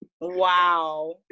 Wow